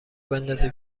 بندازی